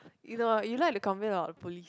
you know you like to complain about the police